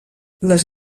les